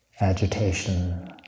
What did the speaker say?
agitation